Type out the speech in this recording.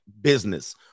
business